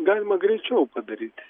galima greičiau padaryt